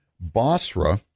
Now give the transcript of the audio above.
Basra